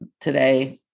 today